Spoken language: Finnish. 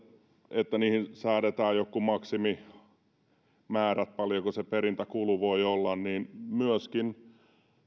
että säädetään jotkut maksimimäärät paljonko se perintäkulu voi olla tarvitaan myöskin